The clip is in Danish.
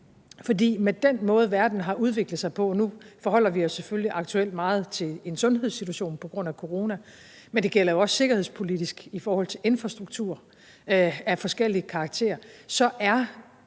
af det med den måde, verden har udviklet sig på. Nu forholder vi os selvfølgelig aktuelt meget til en sundhedssituation på grund af corona, men det gælder også sikkerhedspolitisk i forhold til infrastruktur af forskellig karakter, så